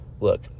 look